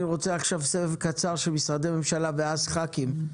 אני רוצה עכשיו סבב קצר של משרדי ממשלה ואז ח"כים.